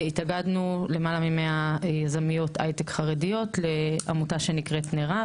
התאגדנו למעלה מ-100 יזמיות הייטק חרדיות לעמותה שנקראת נרה,